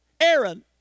Aaron